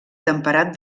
temperat